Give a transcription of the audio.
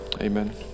amen